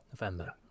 November